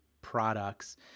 products